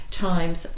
times